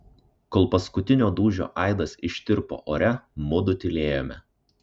kol paskutinio dūžio aidas ištirpo ore mudu tylėjome